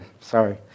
Sorry